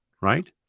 Right